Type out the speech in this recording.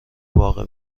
باغ